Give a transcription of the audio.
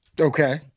Okay